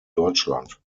deutschland